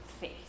faith